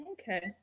Okay